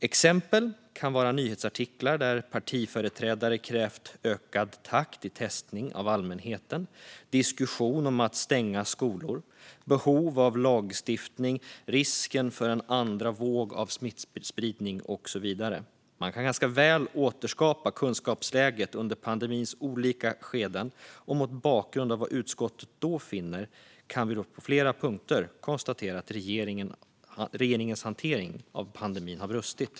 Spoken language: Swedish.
Exempel kan vara nyhetsartiklar där partiföreträdare krävt ökad takt i testningen av allmänheten, diskussion om att stänga skolor, behov av lagstiftning, risken för en andra våg av smittspridning och så vidare. Man kan ganska väl återskapa kunskapsläget under pandemins olika skeden, och mot bakgrund av vad utskottet då finner kan vi på flera punkter konstatera att regeringens hantering av pandemin har brustit.